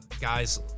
guys